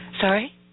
Sorry